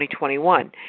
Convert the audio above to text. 2021